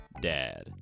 DAD